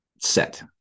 set